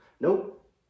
Nope